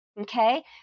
Okay